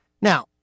Now